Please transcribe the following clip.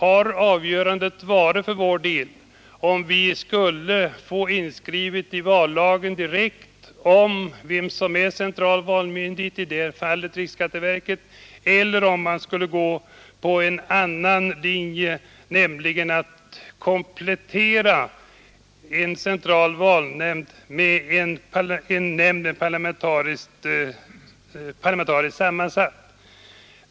Avgörandet har för vår del gällt antingen att få direkt inskrivet i vallagen vilken myndighet som är central valmyndighet eller att gå på en annan linje, nämligen komplettering av den centrala valmyndigheten med en nämnd som är parlamentariskt sammansatt.